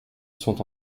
sont